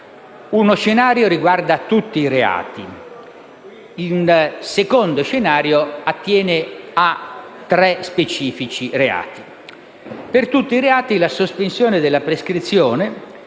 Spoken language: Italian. uno scenario riguarda tutti i reati, il secondo scenario attiene a tre specifici reati. Per tutti i reati, la sospensione della prescrizione